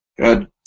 Good